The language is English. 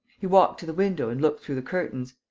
he walked to the window and looked through the curtains.